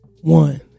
one